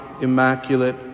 Immaculate